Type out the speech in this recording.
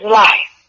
life